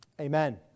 Amen